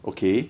okay